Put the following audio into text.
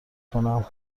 کنم